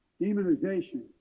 demonization